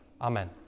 Amen